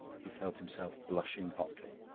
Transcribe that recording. he felt himself blushing hotly.